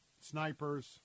snipers